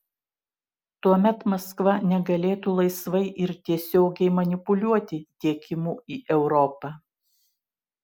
tuomet maskva negalėtų laisvai ir tiesiogiai manipuliuoti tiekimu į europą